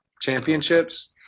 championships